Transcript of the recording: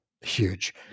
huge